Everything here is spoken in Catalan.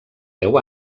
deu